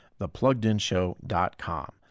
thepluggedinshow.com